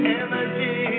energy